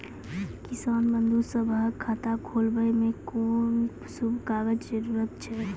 किसान बंधु सभहक खाता खोलाबै मे कून सभ कागजक जरूरत छै?